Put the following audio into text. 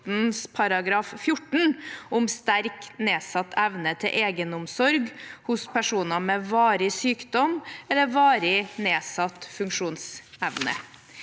14, om sterkt nedsatt evne til egenomsorg hos personer med varig sykdom eller varig nedsatt funksjonsevne.